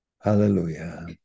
Hallelujah